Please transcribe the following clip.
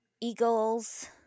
Eagles